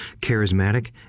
charismatic